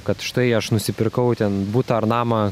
kad štai aš nusipirkau ten butą ar namą